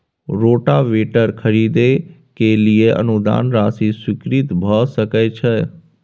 Rotavator खरीदे के लिए अनुदान राशि स्वीकृत भ सकय छैय?